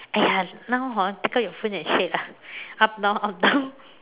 !aiya! now hor take out your phone and shake lah up down up down